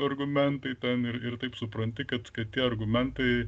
argumentai ten ir ir taip supranti kad tie argumentai